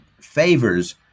favors